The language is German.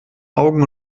augen